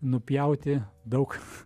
nupjauti daug